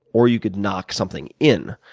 or you can knock something in.